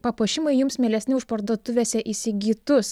papuošimai jums mielesni už parduotuvėse įsigytus